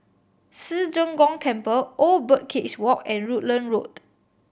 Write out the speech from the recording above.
Ci Zheng Gong Temple Old Birdcage Walk and Rutland Road